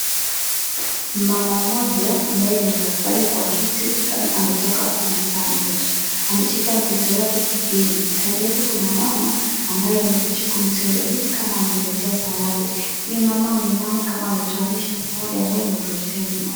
Mama moja ambaye amekaa pale kwa kiti ametoka mukzaa mtoto, ameshika mtoto wake kikeni kando yake kuna mama ambaye amekuja kumtembekea kama amemleta zawadi, huyu mama ameinama kama anatuanisha zawadi ambaye amemleta huyu mama.